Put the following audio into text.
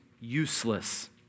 useless